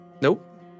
Nope